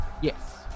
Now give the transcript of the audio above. Yes